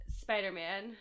Spider-Man